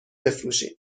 بفروشین